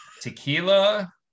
tequila